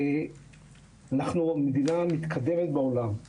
ואנחנו המדינה המתקדמת בעולם בעניין הזה.